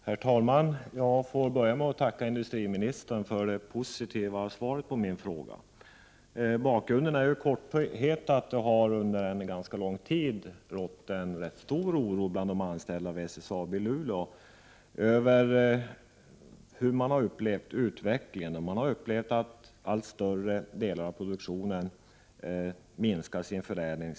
Herr talman! Jag får börja med att tacka industriministern för det positiva svaret på min fråga. Bakgrunden är i korthet att det under en ganska lång tid har rått en rätt stor oro bland de anställda vid SSAB i Luleå över utvecklingen. Man har upplevt att allt större delar av produktionen minskar sin förädling.